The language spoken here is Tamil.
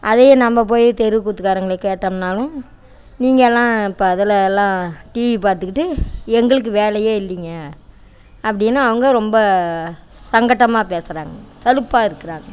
அதே நம்ம போய் தெருக்கூத்துக்காரங்களே கேட்டோம்னாலும் நீங்கெல்லாம் இப்போ அதில் எல்லாம் டிவி பார்த்துக்கிட்டு எங்களுக்கு வேலையே இல்லைங்க அப்படின்னு அவங்க ரொம்ப சங்கட்டமாக பேசுகிறாங்க சலிப்பா இருக்கிறாங்க